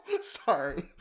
Sorry